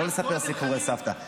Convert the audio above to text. לא לספר סיפורי סבתא.